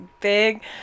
big